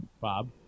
Bob